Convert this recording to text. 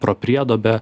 pro prieduobę